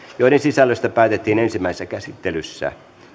joiden sisällöstä päätettiin ensimmäisessä käsittelyssä